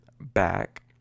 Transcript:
back